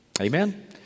Amen